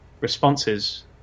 responses